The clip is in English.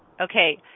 Okay